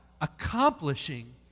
accomplishing